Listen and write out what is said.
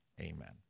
amen